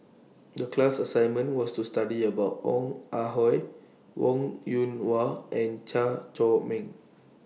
The class assignment was to study about Ong Ah Hoi Wong Yoon Wah and Chew Chor Meng